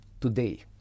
today